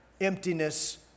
emptiness